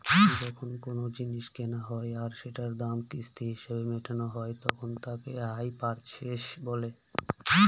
যখন কোনো জিনিস কেনা হয় আর সেটার দাম কিস্তি হিসেবে মেটানো হয় তাকে হাই পারচেস বলে